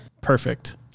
perfect